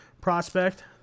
prospect